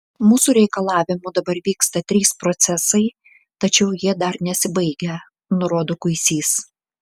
mūsų reikalavimu dabar vyksta trys procesai tačiau jie dar nesibaigę nurodo kuisys